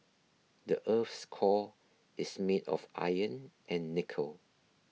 the earth's core is made of iron and nickel